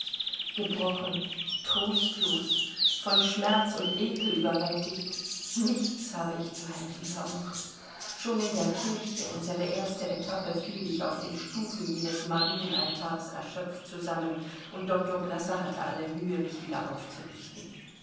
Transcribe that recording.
gebrochen trostlos von schmerz und ekel überwältigt nichts habe ich zu helfen vermocht schon in der kirche unsere erste etappe fiel ich auf den stufen jenes marienaltars erschöpft zusammen und doktor bresser hatte alle mühe mich wieder aufzurichten